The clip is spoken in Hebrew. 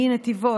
מנתיבות,